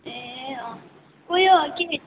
ए अँ उयो के भन्छ